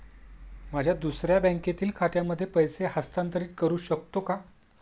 माझ्या दुसऱ्या बँकेतील खात्यामध्ये पैसे हस्तांतरित करू शकतो का?